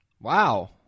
Wow